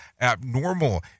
abnormal